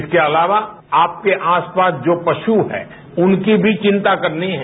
इसके अलावा आपके आसपास जो पशु हैं उनकी भी चिंता करनी है